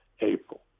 April